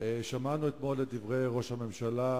שמענו אתמול את דברי ראש הממשלה,